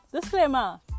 disclaimer